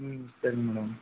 ம் சரிங்க மேடம்